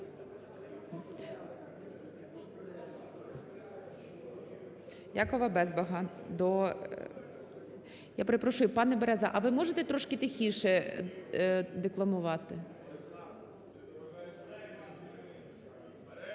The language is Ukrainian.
Якова Безбаха до… Я перепрошую, пане Береза, а ви можете трішки тихіше декламувати?